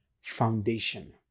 foundation